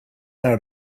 out